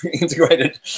integrated